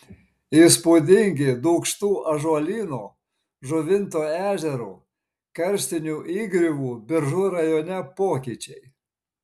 įspūdingi dūkštų ąžuolyno žuvinto ežero karstinių įgriuvų biržų rajone pokyčiai